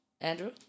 Andrew